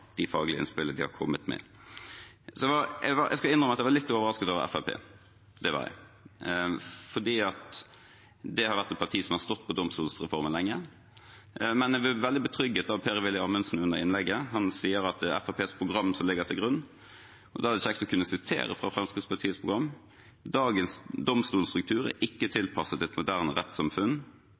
de faglige innspillene de har kommet med. Jeg skal innrømme at jeg var litt overrasket over Fremskrittspartiet, for det har vært et parti som har stått på domstolsreformen lenge, men jeg ble veldig betrygget av representanten Per-Willy Amundsens innlegg. Han sier at det er deres program som ligger til grunn, og da er det kjekt å kunne sitere fra Fremskrittspartiets program: «Dagens domstolstruktur er ikke tilpasset et moderne rettssamfunn